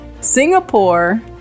singapore